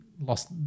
lost